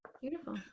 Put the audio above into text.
Beautiful